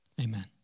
Amen